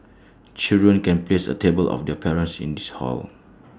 children can place A tablet of their parents in this hall